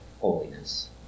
holiness